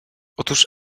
otóż